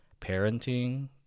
parenting